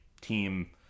team